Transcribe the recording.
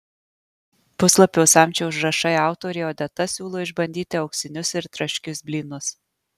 puslapio samčio užrašai autorė odeta siūlo išbandyti auksinius ir traškius blynus